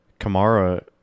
Kamara